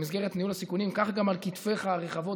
במסגרת ניהול הסיכונים קח על כתפיך הרחבות